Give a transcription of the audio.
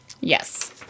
Yes